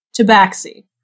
Tabaxi